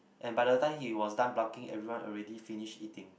and by the time he was done plucking everyone already finish eating